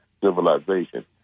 Civilization